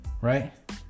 right